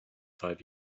five